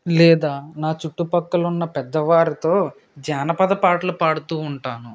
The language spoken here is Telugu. లేదా నా చుట్టు ప్రక్కల ఉన్న పెద్దవారితో జానపద పాటలు పాడుతు ఉంటాను